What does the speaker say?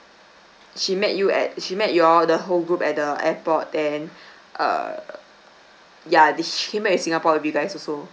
she met you at she met y'all the whole group at the airport then err ya did she came back in singapore with you guys also